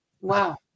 Wow